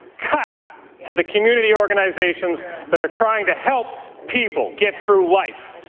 cuts to the community organizations that are trying to help people get through life.